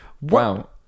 Wow